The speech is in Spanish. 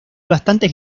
bastantes